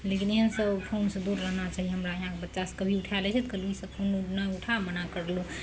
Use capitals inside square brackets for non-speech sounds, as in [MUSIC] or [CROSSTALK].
[UNINTELLIGIBLE] फोनसँ दूर रहना चाहिये हमरा हियाँ बच्चा सबके कभी उठा लै छै तऽ कहलियै ईसब फोन नहि उठा मना कऽ देलहुँ